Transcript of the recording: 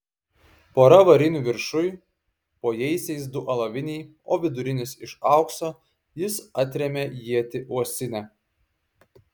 pora varinių viršuj po jaisiais du alaviniai o vidurinis iš aukso jis atrėmė ietį uosinę